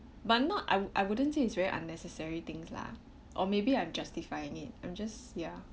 but not I I wouldn't say it's very unnecessary things lah or maybe I'm justifying it I'm just ya